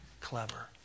clever